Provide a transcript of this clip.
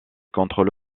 contrôles